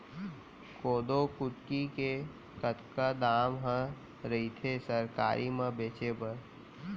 कोदो कुटकी के कतका दाम ह रइथे सरकारी म बेचे बर?